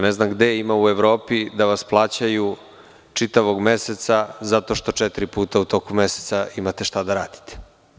Ne znam gde ima u Evropi da vas plaćaju čitavog meseca zato što četiri puta u toku meseca imate šta da radite.